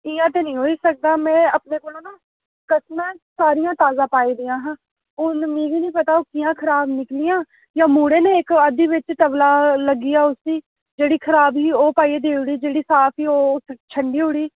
इ'यां ते नीं होई सकदा में अपने कोलां ना कसम ऐ सारियां ताजा पाई दियां हां हून मिगी नीं पता ओह् खराब निकलियां जां मुड़े ने इक अद्धी बिच्च टवला लग्गी आ उसी जेह्ड़ी खराब ही ओह् पाइयै देई ओड़ी जेह्ड़ी साफ ही ओह् छंडी ओड़ी